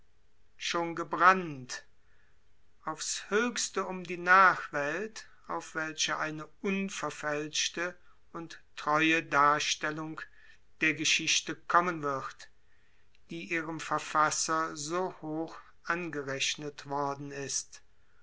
hatte gebrannt auf's höchste um die nachwelt auf welche eine unverfälschte und treue darstellung der geschichte kommen wird die ihrem verfasser so hoch angerechnet worden ist